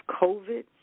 COVID